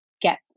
get